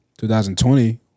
2020